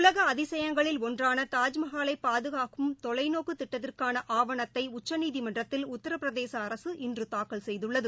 உலக அதிசயங்களில் ஒன்றான தாஜ்மஹாலை பாதுகாக்கும் தொலைநோக்கு திட்டத்திற்கான ஆவணத்தை உச்சநீதிமன்றத்தில் உத்திரபிரதேச அரசு இன்று தாக்கல் செய்துள்ளது